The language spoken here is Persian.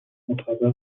مطابق